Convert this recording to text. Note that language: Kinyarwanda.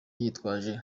yitwaje